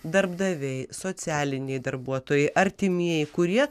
darbdaviai socialiniai darbuotojai artimieji kurie